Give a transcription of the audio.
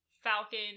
Falcon